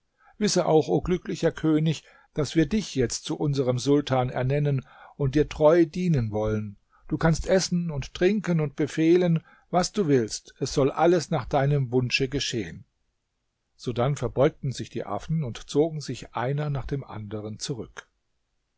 wisse auch o glücklicher könig daß wir dich jetzt zu unserem sultan ernennen und dir treu dienen wollen du kannst essen und trinken und befehlen was du willst es soll alles nach deinem wunsche geschehen sodann verbeugten sich die affen und zogen sich einer nach dem anderen zurück